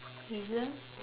is it